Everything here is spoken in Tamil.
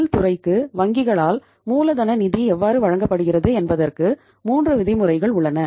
தொழில்துறைக்கு வங்கிகளால் மூலதன நிதி எவ்வாறு வழங்கப்படுகிறது என்பதற்கு 3 விதிமுறைகள் உள்ளன